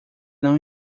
não